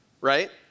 right